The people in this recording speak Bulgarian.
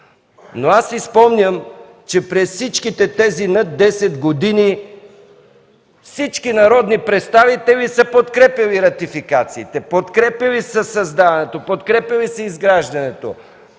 Аз си спомням, че през всички тези над 10 години всички народни представители са подкрепяли ратификациите, подкрепяли са създаването, подкрепяли са изграждането.